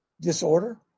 disorder